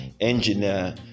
engineer